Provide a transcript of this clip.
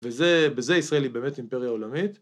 ובזה ישראל היא באמת אימפריה עולמית.